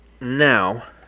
now